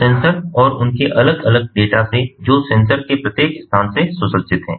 तो सेंसर और उनके अलग अलग डेटा से जो सेंसर के प्रत्येक स्थान से सुसज्जित हैं